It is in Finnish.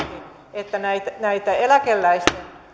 että näitä eläkeläisten